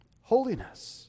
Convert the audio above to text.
Holiness